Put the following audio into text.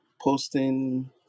posting